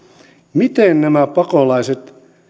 miten nämä pakolaiset